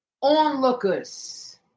onlookers